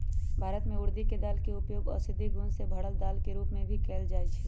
भारत में उर्दी के दाल के उपयोग औषधि गुण से भरल दाल के रूप में भी कएल जाई छई